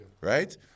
Right